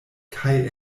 kaj